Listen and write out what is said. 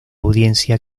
audiencia